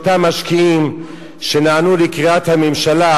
אותם משקיעים שנענו לקריאת הממשלה,